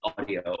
audio